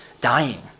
dying